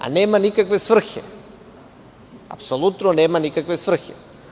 Nema nikakve svrhe, apsolutno nema nikakve svrhe.